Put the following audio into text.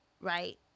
Right